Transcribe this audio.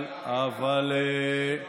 גם אלה,